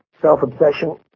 self-obsession